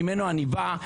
שממנו אני בא,